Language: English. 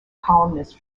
columnist